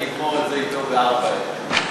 אני אגמור את זה אתו בארבע עיניים.